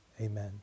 Amen